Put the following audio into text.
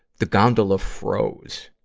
the gondola froze.